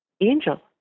angel